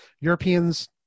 Europeans